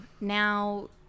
Now